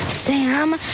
Sam